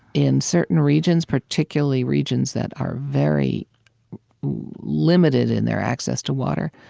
in certain regions, particularly regions that are very limited in their access to water,